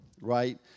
right